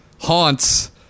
haunts